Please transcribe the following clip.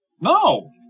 No